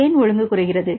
ஏன் ஒழுங்கு குறைகிறது